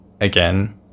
again